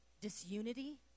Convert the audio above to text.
disunity